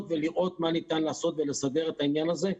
ולראות מה ניתן לעשות ולסדר את העניין הזה.